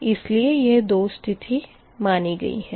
इस लिए यह दो स्थिति मानी गई है